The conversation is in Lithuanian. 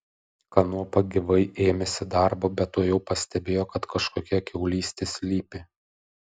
kanopa gyvai ėmėsi darbo bet tuojau pastebėjo kad kažkokia kiaulystė slypi